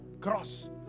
cross